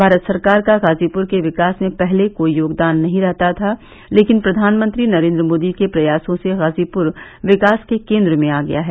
भारत सरकार का गाजीपुर के विकास में पहले कोई योगदान नहीं रहता था लेकिन प्रधानमंत्री नरेन्द्र मोदी के प्रयासों से गाजीपुर विकास के केन्द्र में आ गया है